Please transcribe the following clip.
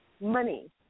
money